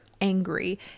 angry